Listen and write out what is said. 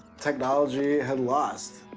technology had lost.